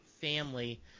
family